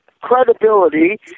credibility